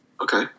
Okay